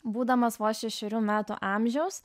būdamas vos šešerių metų amžiaus